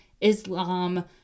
Islam